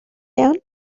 down